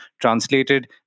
translated